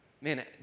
man